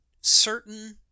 certain